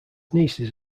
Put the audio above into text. nieces